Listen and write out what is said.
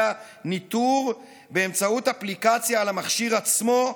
ניטור באמצעות אפליקציה על המכשיר עצמו,